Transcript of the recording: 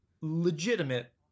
legitimate